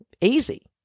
Easy